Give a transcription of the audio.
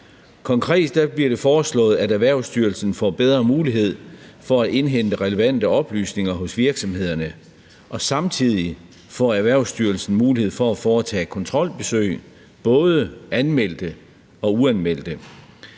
Konkret bliver det foreslået, at Erhvervsstyrelsen får bedre mulighed for at indhente relevante oplysninger hos virksomhederne, og samtidig får Erhvervsstyrelsen mulighed for at foretage kontrolbesøg, både anmeldte og uanmeldte.